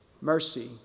mercy